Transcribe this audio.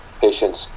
patient's